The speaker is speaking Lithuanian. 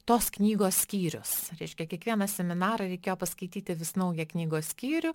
tos knygos skyrius reiškia kiekvieną seminarą reikėjo paskaityti vis naują knygos skyrių